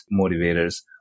motivators